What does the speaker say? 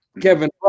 Kevin